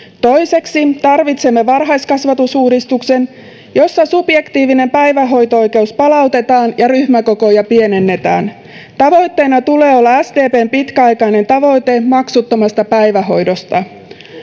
toiseksi tarvitsemme varhaiskasvatusuudistuksen jossa subjektiivinen päivähoito oikeus palautetaan ja ryhmäkokoja pienennetään tavoitteena tulee olla sdpn pitkäaikainen tavoite maksuttomasta päivähoidosta